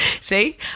see